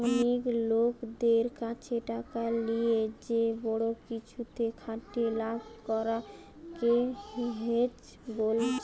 অনেক লোকদের কাছে টাকা লিয়ে যে বড়ো কিছুতে খাটিয়ে লাভ করা কে হেজ বোলছে